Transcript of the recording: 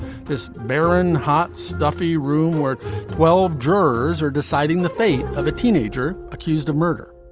this barren, hot, stuffy room where twelve jurors are deciding the fate of a teenager accused of murder